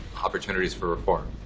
opportunities for reform.